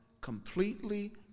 completely